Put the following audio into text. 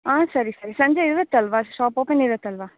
ಆಂ ಸರಿ ಸರಿ ಸಂಜೆ ಇರುತ್ತಲ್ಲವ ಶಾಪ್ ಓಪನ್ ಇರುತ್ತಲ್ವ